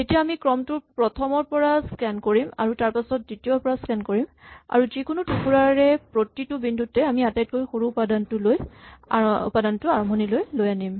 তেতিয়া আমি ক্ৰমটোৰ প্ৰথমৰ পৰা স্কেন কৰিম তাৰপাছত দ্বিতীয়ৰ পৰা স্কেন কৰিম আৰু যিকোনো টুকুৰাৰে প্ৰতিটো বিন্দুতে আমি আটাইতকৈ সৰু উপাদানটো আৰম্ভণিলৈ লৈ আনিম